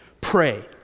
Pray